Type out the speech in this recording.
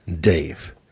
Dave